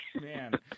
Man